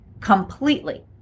completely